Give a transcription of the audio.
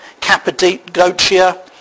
Cappadocia